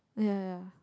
ya ya